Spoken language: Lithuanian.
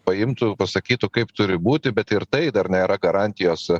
paimtų pasakytų kaip turi būti bet ir tai dar nėra garantijos